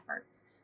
efforts